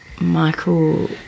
Michael